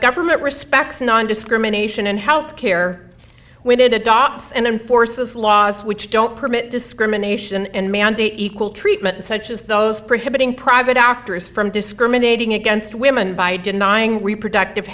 government respects nondiscrimination in health care when it adopts and enforce those laws which don't permit discrimination and mandate equal treatment such as those prohibiting private doctors from discriminating against women by denying reproductive